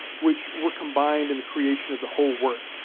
which were combined in the creation of the whole work.